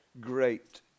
great